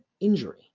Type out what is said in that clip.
injury